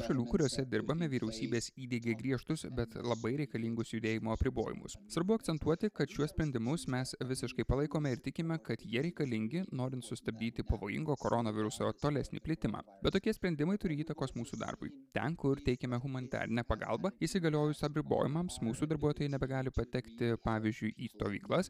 šalių kuriose dirbame vyriausybės įdiegė griežtus bet labai reikalingus judėjimo apribojimus svarbu akcentuoti kad šiuos sprendimus mes visiškai palaikome ir tikime kad jie reikalingi norint sustabdyti pavojingo koronaviruso tolesnį plitimą bet tokie sprendimai turi įtakos mūsų darbui ten kur teikiame humanitarinę pagalbą įsigaliojus apribojimams mūsų darbuotojai nebegali patekti pavyzdžiui į stovyklas